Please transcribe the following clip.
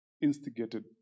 instigated